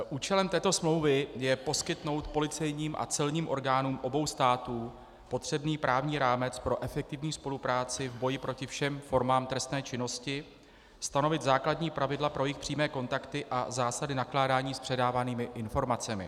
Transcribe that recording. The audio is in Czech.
Účelem této smlouvy je poskytnout policejním a celním orgánům obou států potřebný právní rámec pro efektivní spolupráci v boji proti všem formám trestné činnosti, stanovit základní pravidla pro jejich přímé kontakty a zásady nakládání s předávanými informacemi.